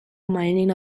mining